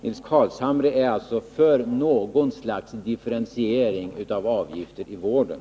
Nils Carlshamre är alltså för någon slags differentiering av avgifter i vården.